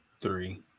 three